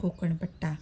कोकणपट्टा